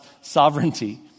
sovereignty